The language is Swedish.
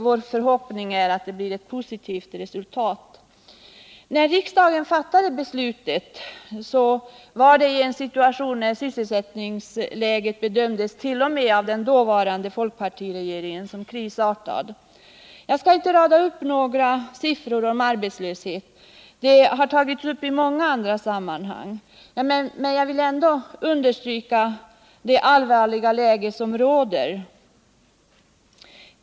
Vår förhoppning är att de skall få ett positivt resultat. : Riksdagens beslut fattades i en situation som sysselsättningsmässigt bedömdes t.o.m. av den dåvarande folkpartiregeringen som krisartad. Jag skall inte rada upp några siffror om arbetslöshet — de har tagits upp i många andra sammanhang. Jag vill emellertid understryka det allvarliga läge som råder.